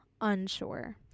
unsure